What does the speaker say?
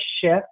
shift